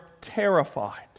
terrified